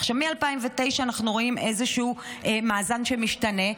עכשיו, מ-2009 אנחנו רואים איזשהו מאזן שמשתנה.